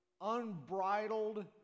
unbridled